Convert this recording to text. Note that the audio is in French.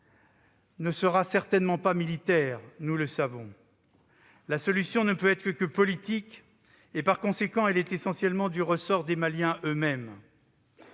ne sera certainement pas militaire, nous le savons. La solution ne peut être que politique. Par conséquent, elle est essentiellement du ressort des Maliens eux-mêmes.